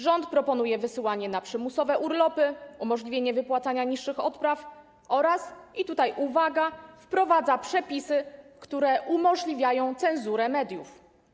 Rząd proponuje wysyłanie na przymusowe urlopy, umożliwienie wypłacania niższych odpraw oraz - uwaga - wprowadza przepisy, które umożliwiają cenzurę mediów.